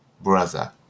brother